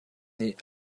nih